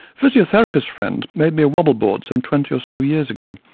physiotherapist friend made me a wobble board some twenty or so years ago,